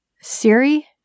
Siri